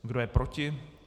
Kdo je proti?